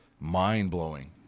Mind-blowing